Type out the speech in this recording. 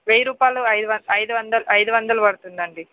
వెయ్యి రూపాయలు ఐదు వం ఐదు వందలు ఐదు వందలు పడుతుందండి